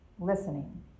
Listening